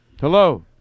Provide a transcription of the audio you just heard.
Hello